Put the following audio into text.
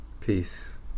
Peace